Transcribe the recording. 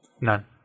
None